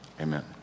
amen